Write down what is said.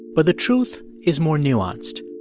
but the truth is more nuanced.